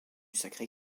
sacré